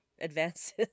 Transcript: advances